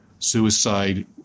Suicide